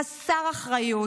חסר אחריות,